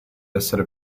essere